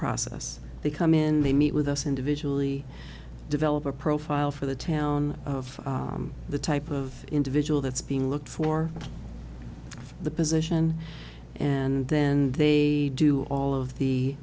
process they come in they meet with us individually develop a profile for the town of the type of individual that's being looked for the position and then they do all of the